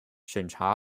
审查